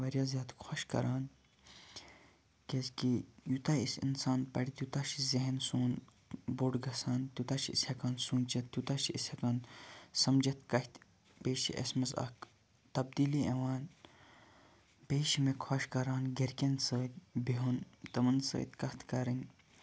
واریاہ زیادٕ خۄش کَران کیٛازکہِ یوٗتاہ اَسہِ اِنسان پَرِ تیٛوٗتاہ چھُ ذہن سون بوٚڈ گژھان تیٛوٗتاہ چھِ أسۍ ہیٚکان سوٗنٛچِتھ تیٛوٗتاہ چھِ أسۍ ہیٚکان سَمجِتھ کَتھِ بیٚیہِ چھِ اَسہِ مَنٛز اکھ تَبدیٖلی یِوان بیٚیہِ چھ مےٚ خۄش کَران گَرٕ کیٚن سۭتۍ بِہُن تِمَن سۭتۍ کتھ کَرٕنۍ